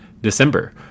December